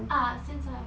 ah 现在